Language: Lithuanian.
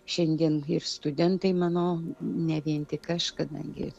šiandien ir studentai mano ne vien tik aš kadangi